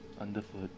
underfoot